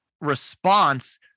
response